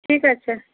ঠিক আছে